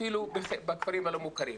בכפרים הלא מוכרים.